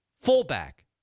Fullback